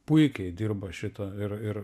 puikiai dirba šitą ir ir